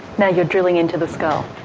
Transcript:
now you're drilling into the skull.